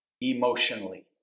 emotionally